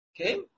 Okay